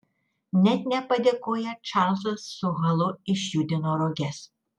net nepadėkoję čarlzas su halu išjudino roges